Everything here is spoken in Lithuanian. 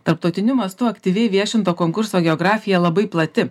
tarptautiniu mastu aktyviai viešinto konkurso geografija labai plati